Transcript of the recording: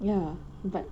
ya but